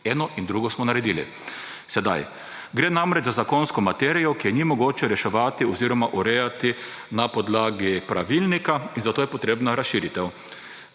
Eno in drugo smo sedaj naredili. »Gre namreč za zakonsko materijo, ki je ni mogoče reševati oziroma urejati na podlagi pravilnika, zato je potrebna razširitev.«